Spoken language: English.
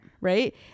Right